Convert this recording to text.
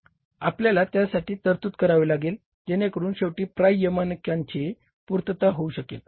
आपल्याला त्यासाठी तरतूद करावी लागेल जेणेकरून शेवटी प्राप्य मानकांची पूर्तता होऊ शकेल